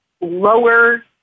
lower